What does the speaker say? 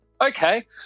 Okay